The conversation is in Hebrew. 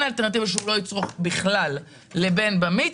האלטרנטיבה שהוא לא יצרוך בכלל לבין שהוא יצרוך במיץ,